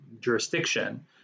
jurisdiction